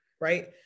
right